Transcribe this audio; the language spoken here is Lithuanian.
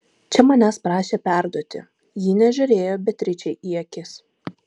čia manęs prašė perduoti ji nežiūrėjo beatričei į akis